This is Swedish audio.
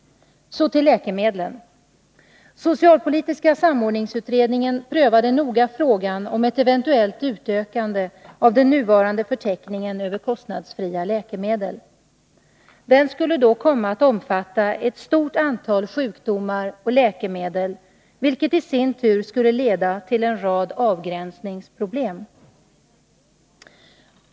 Så till läkemedlen. Socialpolitiska samordningsutredningen prövade noga frågan om ett eventuellt utökande av den nuvarande förteckningen över kostnadsfria läkemedel. Den skulle då komma att omfatta ett stort antal sjukdomar och läkemedel, vilket i sin tur skulle leda till en rad avgränsningsproblem.